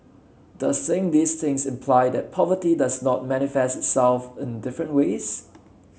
does saying these things imply that poverty does not manifest itself in different ways